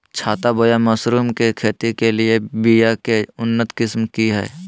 छत्ता बोया मशरूम के खेती के लिए बिया के उन्नत किस्म की हैं?